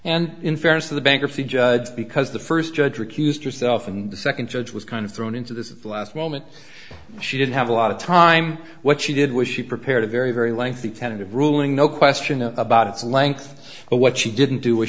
and in fairness to the bankruptcy judge because the first judge recused herself and the second judge was kind of thrown into this last moment she didn't have a lot of time what she did was she prepared a very very lengthy tentative ruling no question about its length but what she didn't do was